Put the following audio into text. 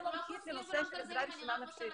זה עזרה ראשונה נפשית.